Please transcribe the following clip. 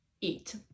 eat